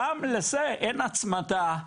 גם לזה אין הצמדה,